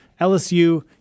LSU